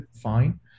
fine